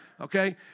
Okay